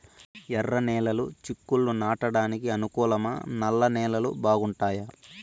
ఎర్రనేలలు చిక్కుళ్లు నాటడానికి అనుకూలమా నల్ల నేలలు బాగుంటాయా